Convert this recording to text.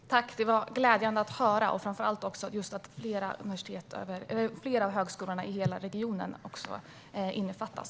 Herr talman! Det var glädjande att höra, framför allt att flera av högskolorna i regionen innefattas.